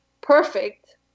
perfect